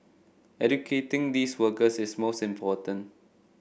educating these workers is most important